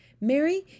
Mary